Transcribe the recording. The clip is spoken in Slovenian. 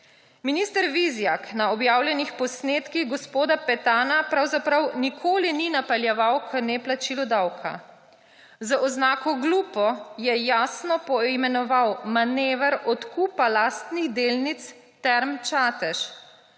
Minister Vizjak na objavljenih posnetkih gospoda Petana pravzaprav nikoli ni napeljeval k neplačilu davka. Z oznako glupo je jasno poimenoval manever odkupa lastnih delnic Term Čatež.